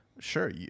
Sure